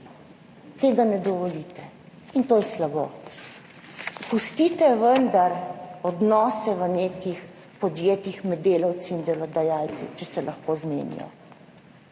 tega ne dovolite in to je slabo. Pustite vendar v nekih podjetjih odnose med delavci in delodajalci, če se lahko zmenijo.